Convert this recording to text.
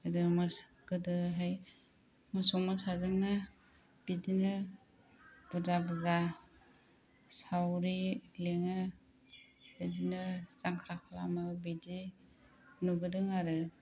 इदिनो मोसौ गोदोहाय मोसौ मोसाजोंनो बिदिनो बुरजा बुरजा सावरि लिङो बिदिनो जांख्रा खालामो बिदि नुबोदों आरो